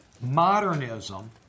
Modernism